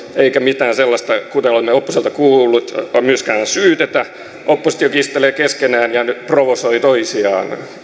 eikä mistään sellaisesta kuten olemme oppositiolta kuulleet myöskään syytetä oppositio kiistelee keskenään ja provosoi toisiaan